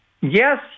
yes